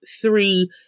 three